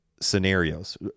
scenarios